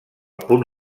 punt